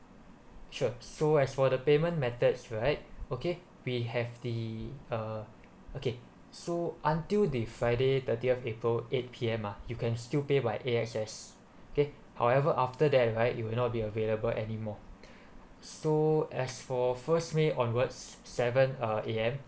sure so as for the payment methods right okay we have the uh okay so until the friday thirtieth april eight P_M uh you can still pay by A_X_S okay however after that right you will not be available anymore so as for first may onwards seven uh A_M